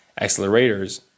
accelerators